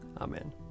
Amen